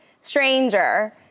stranger